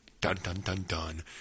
dun-dun-dun-dun